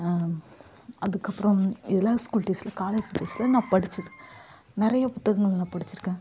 அதுக்கப்புறம் இதல்லாம் ஸ்கூல் டேஸ்ல காலேஜ் டேஸ்ல நான் படித்தது நிறைய புத்தகங்கள் நான் படித்திருக்கேன்